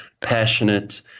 passionate